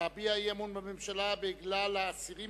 להביע אי-אמון בממשלה בגלל האסירים